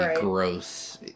gross